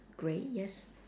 grey yes